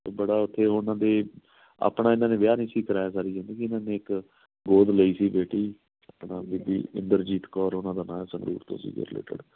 ਅਤੇ ਬੜਾ ਉੱਥੇ ਉਹਨਾਂ ਦੇ ਆਪਣਾ ਇਹਨਾਂ ਨੇ ਵਿਆਹ ਨਹੀਂ ਸੀ ਕਰਵਾਇਆ ਸਾਰੀ ਜ਼ਿੰਦਗੀ ਇਹਨਾਂ ਨੇ ਇੱਕ ਗੋਦ ਲਈ ਸੀ ਬੇਟੀ ਸਪਨਾ ਬੀਬੀ ਇੰਦਰਜੀਤ ਕੌਰ ਉਹਨਾਂ ਦਾ ਨਾਂ ਸੰਗਰੂਰ ਤੋਂ ਸੀਗੇ ਰਿਲੇਟਿਡ